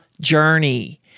journey